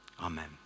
Amen